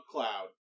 Cloud